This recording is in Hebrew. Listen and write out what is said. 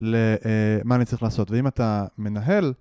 למה אני צריך לעשות, ואם אתה מנהל